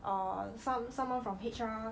err some someone from H_R